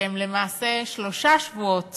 שהם למעשה שלושה שבועות